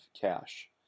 cash